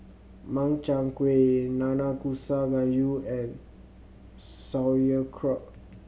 Makchang Gui Nanakusa Gayu and Sauerkraut